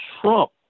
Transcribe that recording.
Trump